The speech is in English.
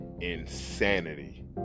insanity